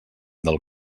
del